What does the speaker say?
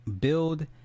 build